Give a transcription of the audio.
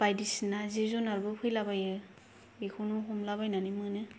बायदिसिना जिब जुनारबो फैलाबायो बेखौनो हमलाबायनानै मोनो